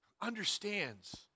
understands